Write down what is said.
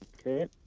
okay